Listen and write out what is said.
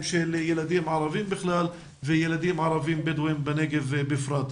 של ילדים ערבים בכלל וילדים ערבים-בדואים בנגב בפרט.